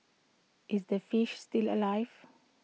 is the fish still alive